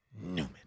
Newman